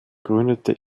gründete